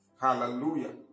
Hallelujah